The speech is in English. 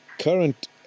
current